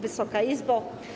Wysoka Izbo!